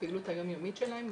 בפעילות היום יומית שלהם,